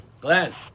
Glenn